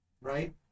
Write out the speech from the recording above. Right